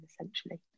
essentially